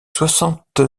soixante